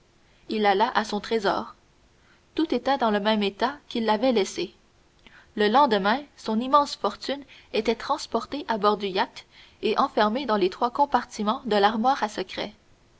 il alla à son trésor tout était dans le même état qu'il l'avait laissé le lendemain son immense fortune était transportée à bord du yacht et enfermée dans les trois compartiments de l'armoire à secret